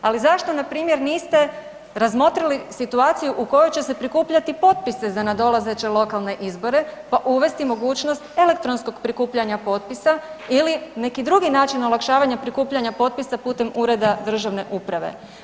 Ali zašto npr. niste razmotrili situaciju u kojoj će se prikupljati potpisi za nadolazeće lokalne izbore, pa uvesti mogućnost elektronskog prikupljanja potpisa ili neki drugi način olakšavanja prikupljanja potpisa putem Ureda državne uprave.